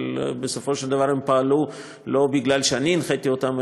אבל בסופו של דבר הם פעלו לא בגלל שאני הנחיתי אותם,